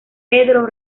pedro